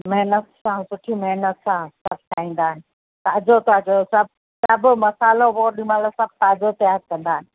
महिनत सां सुठी महिनत सां सभु ठाहींदा आहिनि ताजो ताजो सभु सभु मसालो बि ओॾी महिल सभु ताजो तयार कंदा आहिनि